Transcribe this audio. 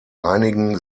einigen